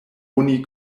oni